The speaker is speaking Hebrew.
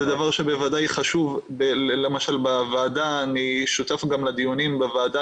זה דבר שבוודאי חשוב למשל אני שותף גם לדיונים בוועדה